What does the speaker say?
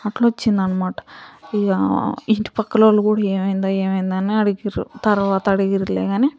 అట్లా వచ్చింది అనమాట ఇగా ఇంటి పక్కన వాళ్ళు కూడా ఏమైందో ఏమైందో అని అడిగిర్రు తర్వాత అడిగిర్రులే కానీ